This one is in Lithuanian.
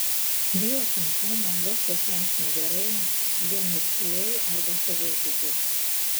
bijo sunkumų viskas jiems negerai vien niurzgliai arba savižudžiai